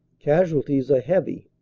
casualties are heavy.